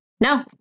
no